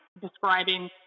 describing